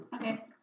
Okay